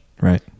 right